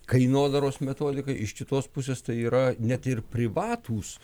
kainodaros metodikai iš kitos pusės tai yra net ir privatūs